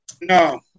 no